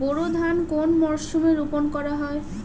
বোরো ধান কোন মরশুমে রোপণ করা হয়?